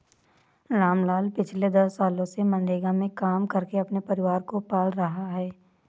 रामलाल पिछले दस सालों से मनरेगा में काम करके अपने परिवार को पाल रहा है